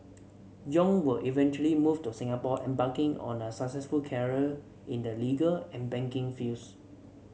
yong would eventually move to Singapore embarking on a successful career in the legal and banking fields